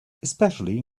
especially